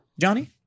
Johnny